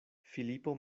filipo